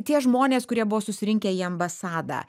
tie žmonės kurie buvo susirinkę į ambasadą